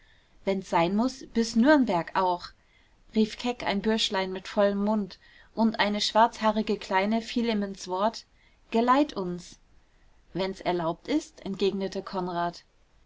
wenn's sein muß bis nürnberg auch rief keck ein bürschlein mit vollem mund und eine schwarzhaarige kleine fiel ihm ins wort geleit uns wenn's erlaubt ist entgegnete konrad